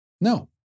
No